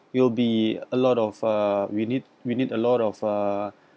you will be a lot of uh we need we need a lot of uh